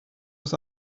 was